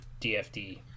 DFD